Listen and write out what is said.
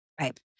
Right